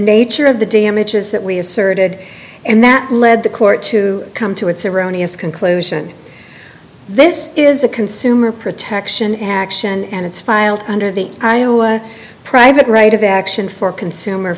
nature of the damages that we asserted and that led the court to come to its erroneous conclusion this is a consumer protection action and it's filed under the iowa private right of action for consumer